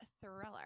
thriller